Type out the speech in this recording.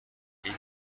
این